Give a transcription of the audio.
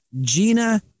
Gina